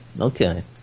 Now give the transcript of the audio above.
Okay